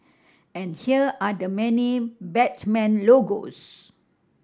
and here are the many Batman logos